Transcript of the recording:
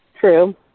True